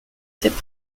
cette